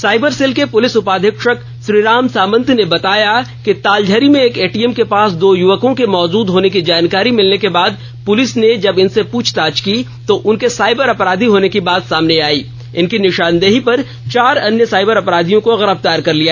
cyber cell के police उपाधीक्षक श्रीराम सामन्त ने बताया तालझारी में एक एटीएम के पास दो युवकों के मौजद होने की जानकारी मिलने के बाद पुलिस ने जब इनसे पूछताछ की तो उनके साइबर अपराधी होने की बात सामने आई इनकी निशानदेही पर चार अन्य साइबर अपराधियों को गिरफ्तार कर लिया